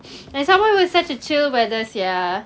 and somemore it was such a chill weather sia